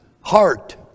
heart